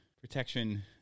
protection